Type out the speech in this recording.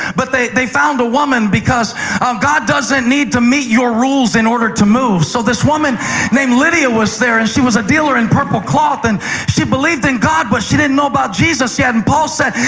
but they they found a woman. um god doesn't need to meet your rules in order to move. so this woman named lydia was there, and she was a dealer in purple cloth. and she believed in god, but she didn't know about jesus yet. and paul said,